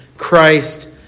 Christ